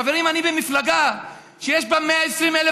חברים, אני במפלגה שיש בה 120,000